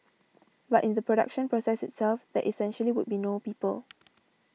but in the production process itself that essentially would be no people